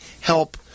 help